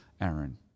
aaron